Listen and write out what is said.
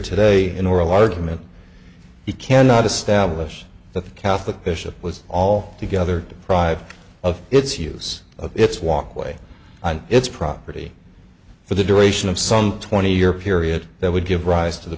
today in oral argument you cannot establish that the catholic bishop was all together deprived of its use of its walkway and its property for the duration of some twenty year period that would give rise to the